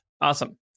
Awesome